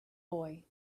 boy